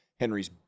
Henry's